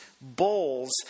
bowls